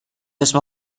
اسم